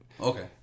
Okay